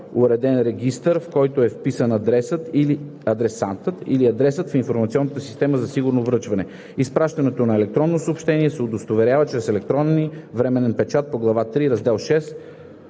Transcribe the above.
уреден регистър, в който е вписан адресатът, или на адрес в информационна система за сигурно връчване; изпращането на електронното съобщение се удостоверява чрез електронен времеви печат по глава III, раздел 6